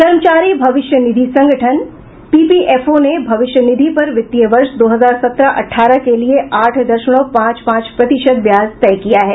कर्मचारी भविष्य निधि संगठन पीपीएफओ ने भविष्य निधि पर वित्तीय वर्ष दो हजार सत्रह अठारह के लिये आठ दशमलव पांच पांच प्रतिशत ब्याज तय किया है